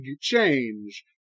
change